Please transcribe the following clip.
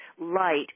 light